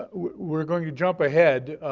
ah we're going to jump ahead,